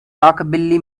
rockabilly